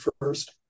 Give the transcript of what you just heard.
first